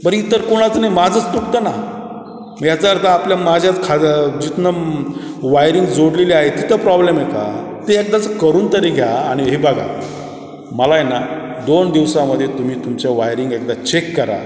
बरं इतर कोणाचं नाही माझंच तुटतं ना मग याचा अर्थ आपल्या माझ्याच खाज जिथून वायरिंग जोडलेली आहे तिथं प्रॉब्लेम आहे का ते एकदाचं करून तरी घ्या आणि हे बघा मला आहे ना दोन दिवसामध्ये तुम्ही तुमच्या वायरिंग एकदा चेक करा